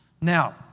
Now